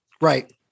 Right